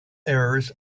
errors